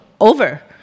over